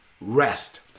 rest